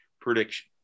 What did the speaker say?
prediction